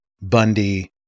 Bundy